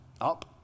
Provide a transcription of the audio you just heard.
up